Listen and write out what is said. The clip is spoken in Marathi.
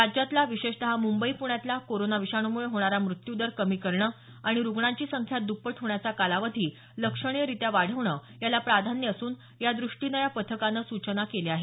राज्यातला विशेषत मुंबई प्ण्यातला कोरोना विषाणूमुळे होणारा मृत्यू दर कमी करणं आणि रुग्णांची संख्या दप्पट होण्याचा कालावधी लक्षणीयरित्या वाढवणं याला प्राधान्य असून यादृष्टीनं या पथकामं सूचना केल्या आहेत